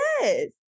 Yes